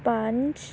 ਪੰਜ